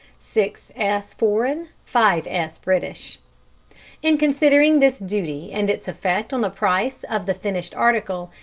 six s. foreign, five s. british in considering this duty and its effect on the price of the finished article,